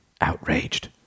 outraged